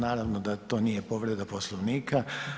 Naravno da to nije povreda Poslovnika.